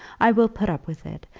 i will put up with it,